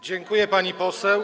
Dziękuję, pani poseł.